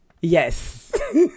yes